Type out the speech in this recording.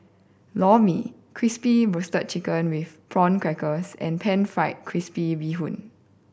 Lor Mee Crispy Roasted Chicken with Prawn Crackers and Pan Fried Crispy Bee Hoon